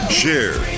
share